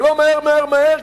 ולא מהר-מהר-מהר,